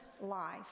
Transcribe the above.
life